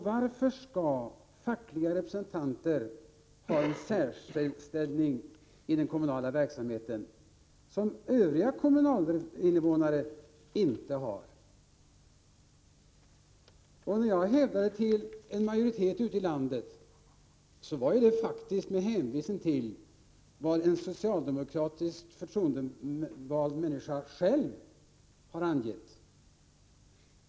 Varför skall fackliga representanter ha en särställning i den kommunala verksamheten som övriga kommuninvånare inte har? När jag hänvisade till majoriteten ute i landet var det faktiskt mot bakgrund av vad en socialdemokratisk förtroendevald själv har sagt.